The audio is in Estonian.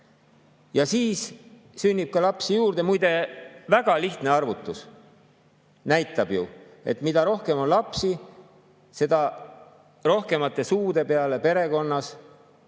ka. Siis sünnib ka lapsi juurde. Muide, väga lihtne arvutus näitab, et mida rohkem on lapsi, seda rohkemate suude peale perekonnas